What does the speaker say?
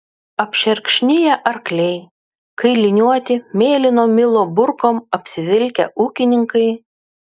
apšerkšniję arkliai kailiniuoti mėlyno milo burkom apsivilkę ūkininkai